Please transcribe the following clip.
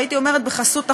והייתי אומר בחסות החוק,